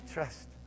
Trust